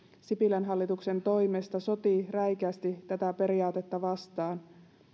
sipilän hallituksen toimesta sotii räikeästi tätä periaatetta vastaan